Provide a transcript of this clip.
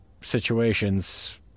situations